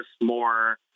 more